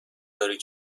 داری